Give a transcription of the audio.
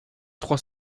trois